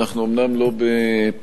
אנחנו אומנם לא בפורים,